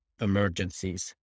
emergencies